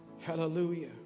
Hallelujah